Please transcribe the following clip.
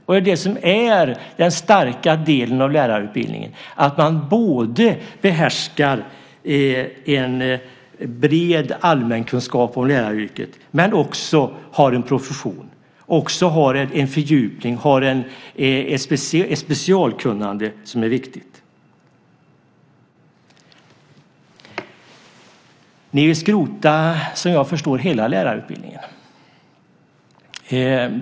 Det är det som är den starka delen av lärarutbildningen, att man både behärskar en bred allmänkunskap om läraryrket men också har en profession, en fördjupning, ett specialkunnande som är viktigt. Ni vill, som jag förstår det, skrota hela lärarutbildningen.